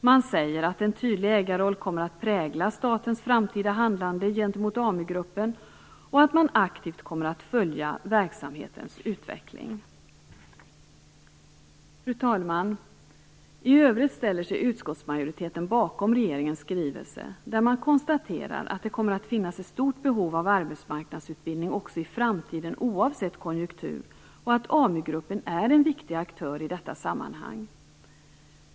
Man säger att en tydlig ägarroll kommer att prägla statens framtida handlande gentemot AmuGruppen och att man aktivt kommer att följa verksamhetens utveckling. Fru talman! I övrigt ställer sig utskottsmajoriteten bakom regeringens skrivelse, där man konstaterar att det kommer att finnas ett stort behov av arbetsmarknadsutbildning också i framtiden oavsett konjunktur och att AmuGruppen är en viktig aktör i detta sammanhang.